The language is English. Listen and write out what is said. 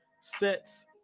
sets